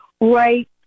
right